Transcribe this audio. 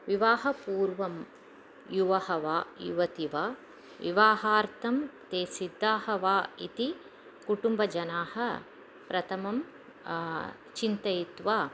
विवाहपूर्वं युवा वा युवती वा विवाहार्थं ते सिद्धाः वा इति कुटुम्बजनाः प्रथमं चिन्तयित्वा